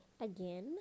again